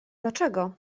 dlaczego